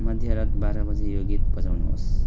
मध्यरात बाह्र बजे यो गीत बजाउनुहोस्